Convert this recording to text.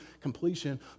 completion